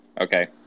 Okay